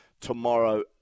tomorrow